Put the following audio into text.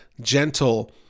gentle